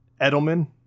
Edelman